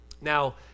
Now